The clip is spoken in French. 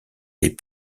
des